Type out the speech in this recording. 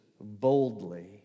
boldly